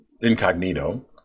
incognito